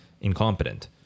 incompetent